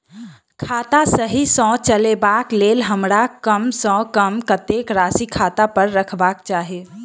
खाता सही सँ चलेबाक लेल हमरा कम सँ कम कतेक राशि खाता पर रखबाक चाहि?